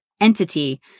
entity